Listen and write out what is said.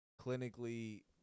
clinically